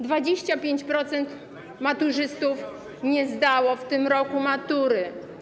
25% maturzystów nie zdało w tym roku matury.